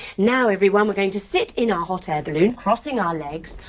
now everyone. we're going to sit in our hot air balloon, crossing our legs,